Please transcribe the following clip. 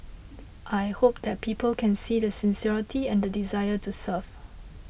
I hope that people can see the sincerity and the desire to serve